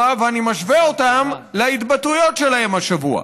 ואני משווה אותן להתבטאויות שלהם השבוע.